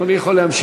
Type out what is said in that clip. אדוני יכול להמשיך.